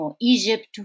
Egypt